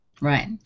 Right